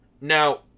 Now